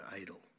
idol